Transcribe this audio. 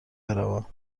بروم